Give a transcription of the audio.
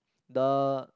the